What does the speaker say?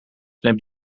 neemt